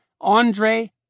Andre